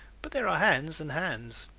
but there are hands and hands.